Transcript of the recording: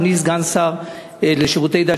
אדוני סגן השר לשירותי הדת,